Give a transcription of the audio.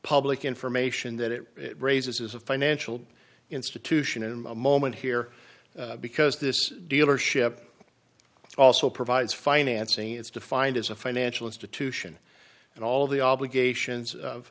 public information that it raises is a financial institution in a moment here because this dealership also provides financing is defined as a financial institution and all of the obligations of